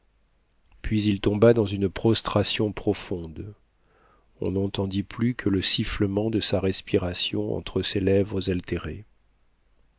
puis il tomba dans une prostration profonde on n'entendit plus que le sifflement de sa respiration entre ses lèvres altérées